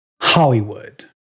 Hollywood